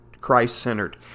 Christ-centered